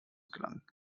gelangen